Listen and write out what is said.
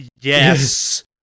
Yes